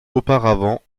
auparavant